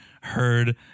heard